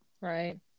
Right